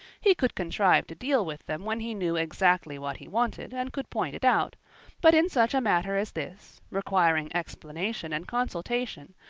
he could contrive to deal with them when he knew exactly what he wanted and could point it out but in such a matter as this, requiring explanation and consultation,